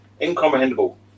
Incomprehensible